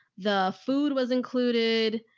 the food was included.